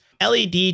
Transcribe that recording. LED